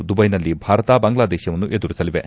ದುಬೈನಲ್ಲಿ ಭಾರತ ಬಾಂಗ್ಲಾದೇಶವನ್ನು ಎದುರಿಸಲಿವೆ